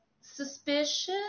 suspicious